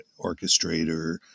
orchestrator